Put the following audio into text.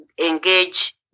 engage